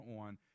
on